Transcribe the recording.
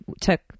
took